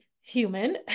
human